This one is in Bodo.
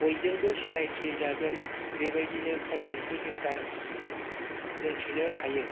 बयजोंबो सिनायथि जागोन बेबायदिनो खालामनायखौ जों दा मिनथिनो हायो